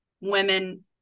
women